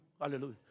Hallelujah